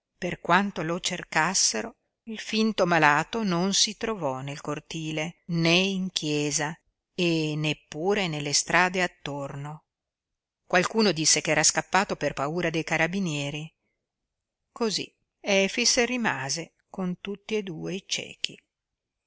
per quanto lo cercassero il finto malato non si trovò nel cortile né in chiesa e neppure nelle strade attorno qualcuno disse che era scappato per paura dei carabinieri cosí efix rimase con tutti e due i ciechi